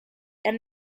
and